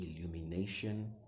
illumination